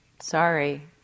sorry